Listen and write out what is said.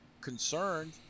concerned